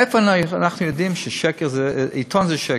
מאיפה אנחנו יודעים שעיתון זה שקר?